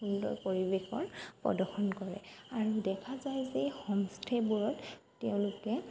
সুন্দৰ পৰিৱেশৰ প্ৰদৰ্শন কৰে আৰু দেখা যায় যে হোমষ্টেবোৰত তেওঁলোকে